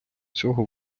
цього